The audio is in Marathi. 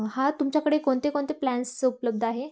हां तुमच्याकडे कोणते कोणते प्लॅन्स उपलब्ध आहे